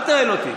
אל תנהל אותי.